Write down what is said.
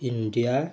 India